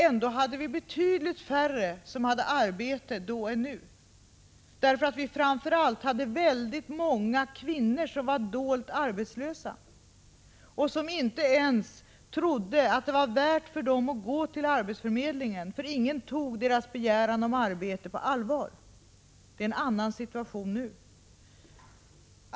Ändå var det betydligt färre som hade arbete då än nu, framför allt därför att många kvinnor var dolt arbetslösa. De trodde inte ens att det var värt att gå till arbetsförmedlingen, eftersom ingen skulle ta deras begäran om arbete på allvar. Det är en annan situation nu.